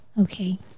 Okay